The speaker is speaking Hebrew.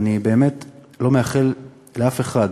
ואני באמת לא מאחל לאף אחד